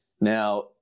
Now